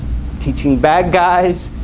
teaching bad guys.